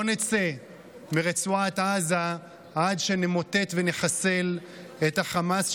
לא נצא מרצועת עזה עד שנמוטט ונחסל את החמאס,